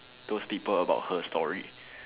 those people about her story